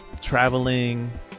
traveling